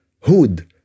Hud